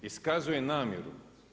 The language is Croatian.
Iskazuje namjeru.